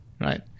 right